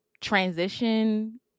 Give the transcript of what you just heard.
transition